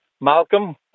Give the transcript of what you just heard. Malcolm